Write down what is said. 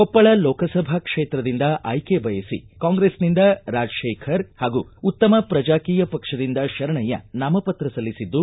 ಕೊಪ್ಪಳ ಲೋಕಸಭಾ ಕ್ಷೇತ್ರದಿಂದ ಆಯ್ಲೆ ಬಯಸಿ ಕಾಂಗ್ರೆಸ್ನಿಂದ ರಾಜಶೇಖರ್ ಹಾಗೂ ಉತ್ತಮ ಪ್ರಜಾಕೀಯ ಪಕ್ಷದಿಂದ ಶರಣಯ್ಯ ನಾಮಪತ್ರ ಸಲ್ಲಿಸಿದ್ದು